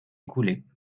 écoulées